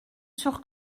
sur